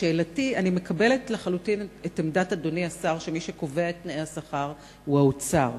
אני מקבלת לחלוטין את עמדת אדוני השר שמי שקובע את תנאי השכר הוא האוצר,